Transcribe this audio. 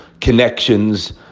connections